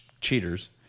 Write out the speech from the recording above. cheaters